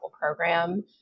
program